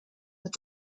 that